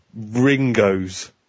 Ringos